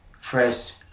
fresh